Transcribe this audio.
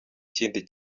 ikindi